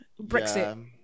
Brexit